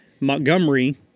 Montgomery